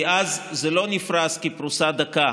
כי אז זה לא נפרס כפרוסה דקה.